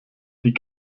die